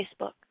Facebook